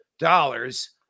dollars